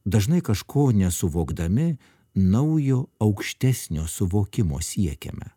dažnai kažko nesuvokdami naujo aukštesnio suvokimo siekiame